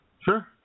Sure